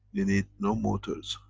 you need no motors.